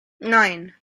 nine